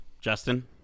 justin